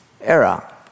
era